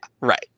right